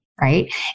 right